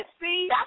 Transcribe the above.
see